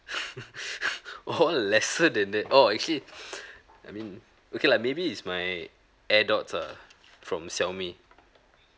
orh lesser than that oh actually I mean okay lah maybe is my air dots ah from xiaomi